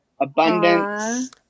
abundance